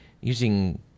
using